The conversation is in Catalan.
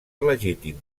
legítim